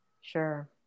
Sure